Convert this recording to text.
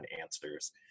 answers